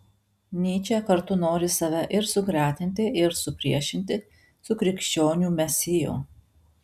nyčė kartu nori save ir sugretinti ir supriešinti su krikščionių mesiju